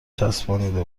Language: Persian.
چسبانیده